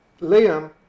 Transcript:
Liam